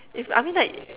if I mean like